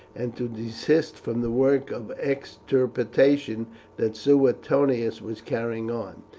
and to desist from the work of extirpation that suetonius was carrying on.